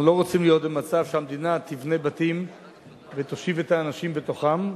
אנחנו לא רוצים להיות במצב שהמדינה תבנה בתים ותושיב את האנשים בתוכם.